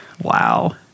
Wow